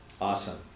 Awesome